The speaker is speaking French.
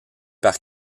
par